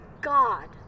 God